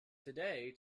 today